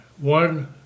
one